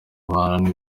bantu